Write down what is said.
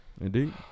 Indeed